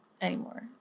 anymore